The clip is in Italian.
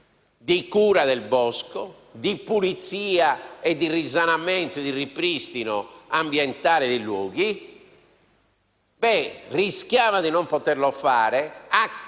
di cura del bosco, di pulizia, di risanamento e di ripristino ambientale dei luoghi. Rischiava di non poterlo fare